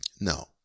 No